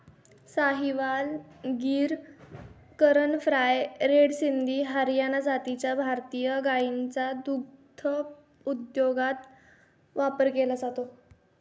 Sahiwal, Gir, Karan Fries, red Sindhi, Haryana जातीच्या भारतीय गायींचा दुग्धोद्योगात वापर केला जातो